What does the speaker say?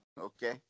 Okay